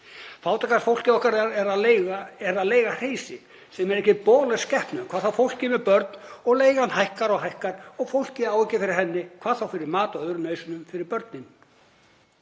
Fátæka fólkið okkar er að leigja hreysi sem eru ekki boðleg skepnum, hvað þá fólki með börn. Leigan hækkar og hækkar og fólk á ekki fyrir henni, hvað þá fyrir mat og öðrum nauðsynjum fyrir börnin.